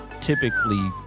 typically